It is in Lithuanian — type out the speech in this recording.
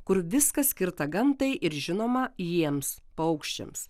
kur viskas skirta gamtai ir žinoma jiems paukščiams